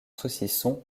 saucisson